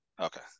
Okay